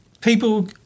People